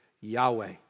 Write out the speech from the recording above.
Yahweh